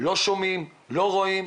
לא שומעים, לא רואים.